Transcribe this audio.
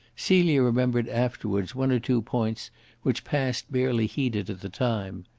celia remembered afterwards one or two points which passed barely heeded at the time.